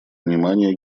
внимания